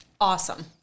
Awesome